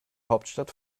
hauptstadt